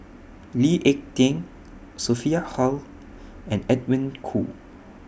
Lee Ek Tieng Sophia Hull and Edwin Koo